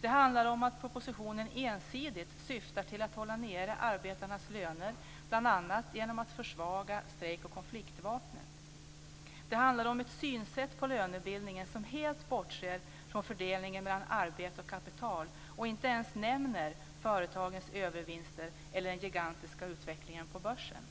Det handlar om att propositionen ensidigt syftar till att hålla nere arbetarnas löner, bl.a. genom att försvaga strejk och konfliktvapnet. Det handlar om ett sätt att se på lönebildningen som helt bortser från fördelningen mellan arbete och kapital och inte ens nämner företagens övervinster eller den gigantiska utvecklingen på börsen.